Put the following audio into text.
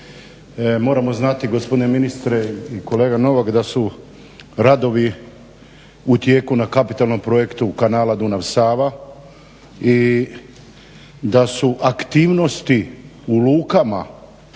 Moramo znati gospodine ministre i kolega Novak da su radovi u tijeku na kapitalnom projektu kanala Dunav-Sava i da su aktivnosti u lukama